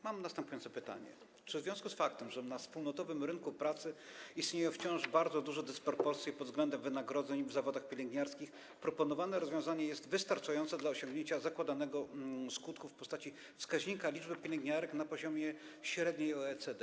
Mam następujące pytanie: Czy w związku z faktem, że na wspólnotowym rynku pracy istnieją wciąż bardzo duże dysproporcje pod względem wynagrodzeń w zawodach pielęgniarskich, proponowane rozwiązanie jest wystarczające do osiągnięcia zakładanego skutku w postaci wskaźnika liczby pielęgniarek na poziomie średniej OECD?